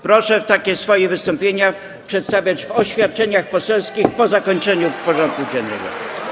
Proszę takie swoje wystąpienia przedstawiać w oświadczeniach poselskich po wyczerpaniu porządku dziennego.